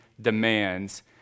demands